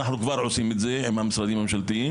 אנחנו כבר עושים את זה עם המשרדים הממשלתיים,